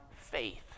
faith